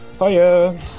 Hiya